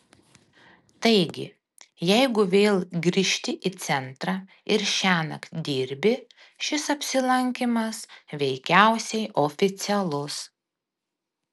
taigi jeigu vėl grįžti į centrą ir šiąnakt dirbi šis apsilankymas veikiausiai oficialus